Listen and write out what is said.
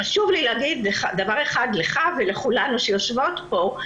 חשוב לי להגיד דבר אחד לך ולכולנו שיושבות פה,